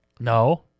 no